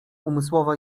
umysłowa